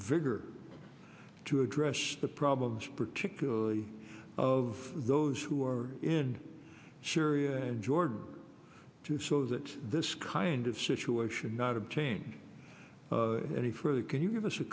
vigor to address the problems particularly of those who are in syria and jordan too so that this kind of situation not of change any further can you give us a